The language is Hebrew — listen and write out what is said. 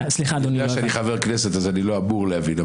אני יודע שאני חבר כנסת אז אני לא אמור להבין.